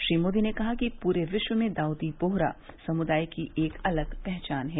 श्री मोदी ने कहा कि पूरे विश्व में दाउदी बोहरा समुदाय की एक अलग पहचान है